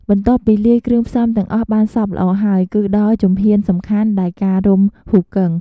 បន្ទាប់ពីលាយគ្រឿងផ្សំទាំងអស់បានសព្វល្អហើយ គឺដល់ជំហានសំខាន់ដែលការរុំហ៊ូគឹង។